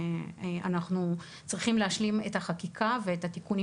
ואנחנו צריכים להשלים את החקיקה ואת התיקונים